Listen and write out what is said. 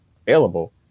available